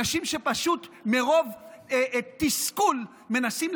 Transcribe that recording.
אנשים שפשוט מרוב תסכול מנסים,